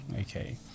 Okay